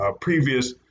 previous